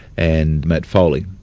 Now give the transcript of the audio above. and matt foley.